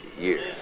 year